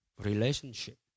relationship